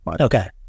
Okay